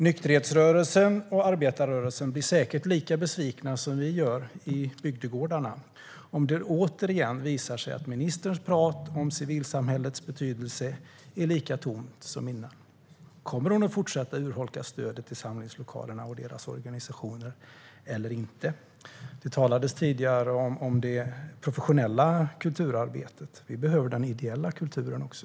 Nykterhetsrörelsen och arbetarrörelsen blir säkert lika besvikna som vi i bygdegårdarna om det återigen visar sig att ministerns prat om civilsamhällets betydelse är lika tomt som tidigare. Kommer hon att fortsätta att urholka stödet till samlingslokalerna och deras organisationer eller inte? Det talades tidigare om det professionella kulturarbetet. Vi behöver den ideella kulturen också.